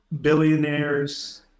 Billionaires